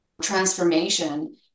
transformation